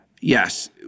yes